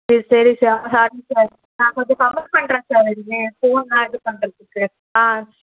சரி சரி சார் நான் கொஞ்சம் கவர் பண்ணுறேன் சார் இனிமே ஃபோன்லாம் இது பண்ணுறதுக்கு ஆ